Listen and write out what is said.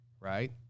right